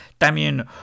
Damien